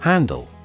Handle